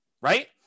right